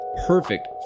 Perfect